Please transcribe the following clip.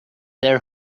their